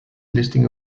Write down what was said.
listing